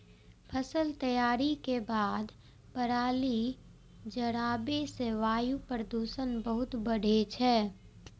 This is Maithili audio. फसल तैयारी के बाद पराली जराबै सं वायु प्रदूषण बहुत बढ़ै छै